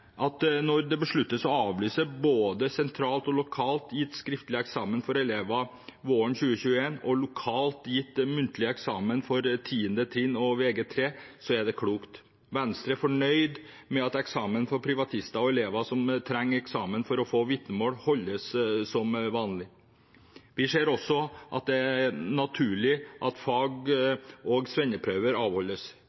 at når man beslutter å avlyse både sentralt og lokalt gitt skriftlig eksamen for elever våren 2021 og lokalt gitt muntlig eksamen for 10. trinn og vg3, er det klokt. Venstre er fornøyd med at eksamen for privatister og elever som trenger eksamen for å få vitnemål, holdes som vanlig. Vi ser også at det er naturlig at fag-